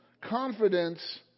Confidence